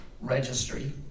registry